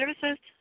Services